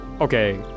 Okay